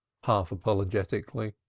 half apologetically.